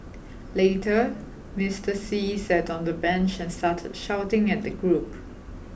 later Mister See sat on a bench and started shouting at the group